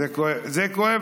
זה כואב, זה כואב.